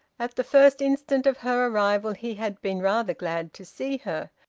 at the first instant of her arrival he had been rather glad to see her,